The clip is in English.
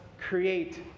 create